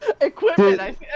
Equipment